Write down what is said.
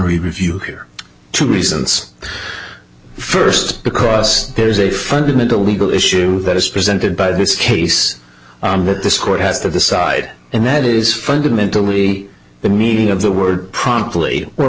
review or two reasons first because there's a fundamental legal issue that is presented by this case that this court has to decide and that is fundamentally the meaning of the word promptly or